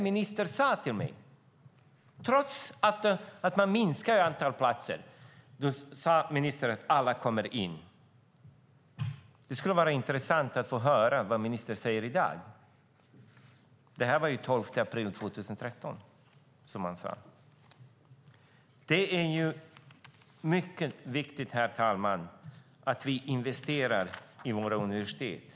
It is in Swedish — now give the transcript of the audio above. Ministern sade till mig att trots att man minskar antalet platser kommer alla in. Det skulle vara intressant att få höra vad ministern säger i dag. Detta sade han den 12 april 2013. Herr talman! Det är mycket viktigt att vi investerar i våra universitet.